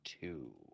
two